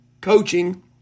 coaching